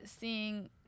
seeing